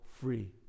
free